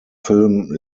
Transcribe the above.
film